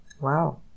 Wow